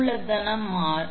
மூலதனம் R